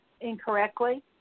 incorrectly